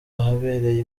ahabereye